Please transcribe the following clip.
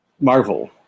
Marvel